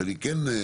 שאני כן,